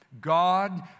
God